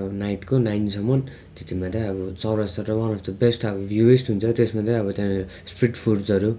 अब नाइटको नाइनसम्म त्यतिमा चाहिँ अब चौरस्ता चाहिँ वन अफ द बेस्ट अब भ्यूयेस्ट हुन्छ त्यसमा चाहिँ अब त्यहाँनिर स्ट्रिट फुड्सहरू